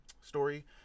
story